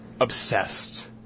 obsessed